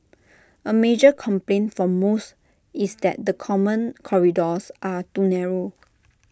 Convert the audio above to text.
A major complaint for most is that the common corridors are too narrow